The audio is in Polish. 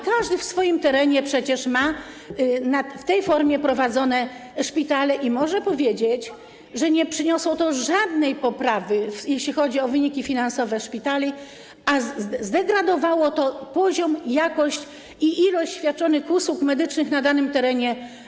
Każdy na swoim terenie ma przecież w tej formie prowadzone szpitale i może powiedzieć, że nie przyniosło to żadnej poprawy, jeśli chodzi o wyniki finansowe szpitali, za to zdegradowało poziom, jakość i ilość świadczonych usług medycznych na danym terenie.